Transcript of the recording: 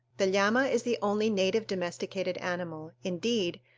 the llama is the only native domesticated animal indeed,